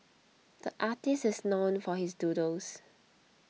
the artist is known for his doodles